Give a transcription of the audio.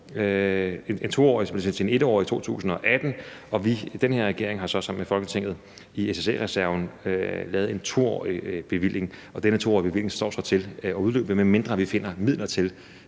en 1-årig bevilling i 2018, og vi har i den her regering så sammen med Folketinget i SSA-reserven lavet en 2-årig bevilling. Denne 2-årige bevilling står så til at udløbe, medmindre vi finder midler til